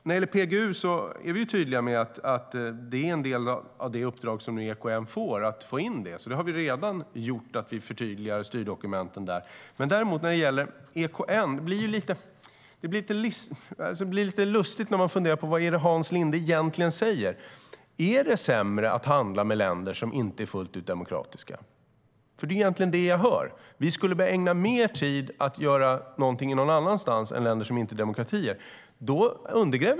När det gäller PGU är vi tydliga med att det är en del av det uppdrag som EKN nu får att få in det. Vi förtydligar redan styrdokumenten där. Det blir lite lustigt när man funderar på vad Hans Linde egentligen säger när det gäller EKN. Är det sämre att handla med länder som inte är fullt ut demokratiska? Det är egentligen det jag hör. Vi skulle behöva ägna mer tid att göra någonting någon annanstans än i länder som inte är demokratier.